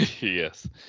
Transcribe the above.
yes